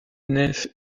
nef